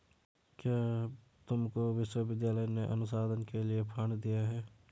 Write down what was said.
क्या तुमको विश्वविद्यालय ने अनुसंधान के लिए फंड दिए हैं?